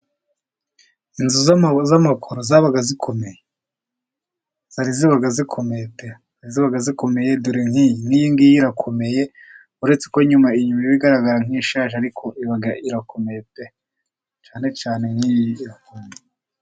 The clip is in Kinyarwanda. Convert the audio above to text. Inzu z'amakoro zabaga zikomeye, ziba zikomeye pe ziba zikomeye dore nk'iyi ng'iyi, nk'iyi ngiyi irakomeye uretse ko inyuma igaragara nk'ishaje, ariko iba irakomeye pe cyane cyane nk'iriya.